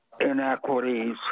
inequities